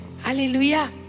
Hallelujah